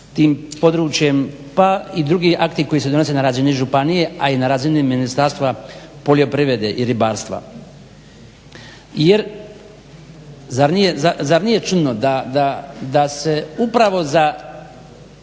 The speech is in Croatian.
tim područjem pa i drugi akti koji se donose na razini županije, a i na razini Ministarstva poljoprivrede i ribarstva jer zar nije čudno da se upravo za